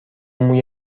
موی